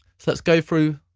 so let's go through,